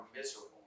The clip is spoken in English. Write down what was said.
miserable